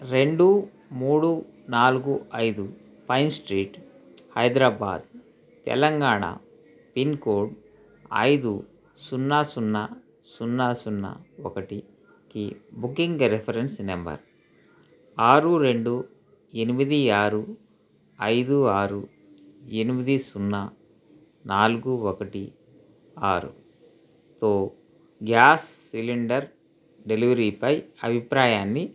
రెండు మూడు నాలుగు ఐదు Pine Street Hyderabad Telangana pin code ఐదు సున్నా సున్నా సున్నా సున్నా ఒకటికి బుకింగ్ రిఫరెన్స్ నెంబర్ ఆరు రెండు ఎనిమిది ఆరు ఐదు ఆరు ఎనిమిది సున్నా నాలుగు ఒకటి ఆరు తో గ్యాస్ సిలిండర్ డెలివరీపై అభిప్రాయాన్ని